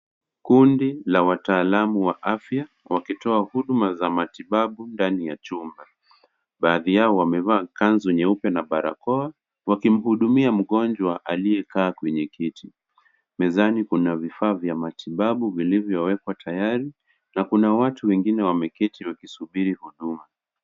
Kundi la wataalamu wa afya ,wakitoa huduma za matibabu, ndani ya chumba. Baadhi yao wamevaa kanzu nyeupe na barakoa, wakimhudumia mgonjwa aliyekaa kwenye kiti. Mezani kuna vifaa vya matibabu vilivyowekwa tayari na kuna watu wengine wameketi wakisubiri huduma.